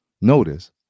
Notice